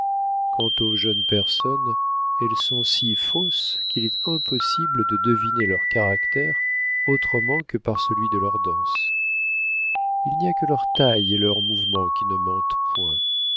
quant aux jeunes personnes elles sont si fausses qu'il est impossible de deviner leur caractère autrement que par celui de leur danse il n'y a que leur taille et leurs mouvements qui ne mentent point